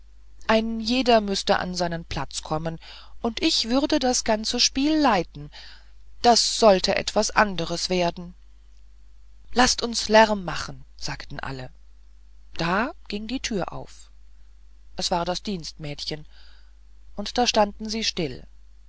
ein jeder müßte auf seinen platz kommen und ich würde das ganze spiel leiten das sollte etwas anderes werden laßt uns lärm machen sagten alle da ging die thür auf es war das dienstmädchen und da standen sie still